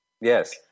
yes